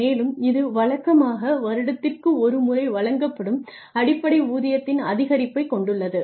மேலும் இது வழக்கமாக வருடத்திற்கு ஒரு முறை வழங்கப்படும் அடிப்படை ஊதியத்தின் அதிகரிப்பைக் கொண்டுள்ளது